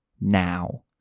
Now